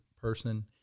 person